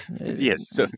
Yes